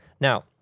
Now